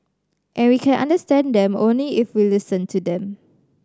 and we can understand them only if we listen to them